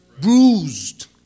bruised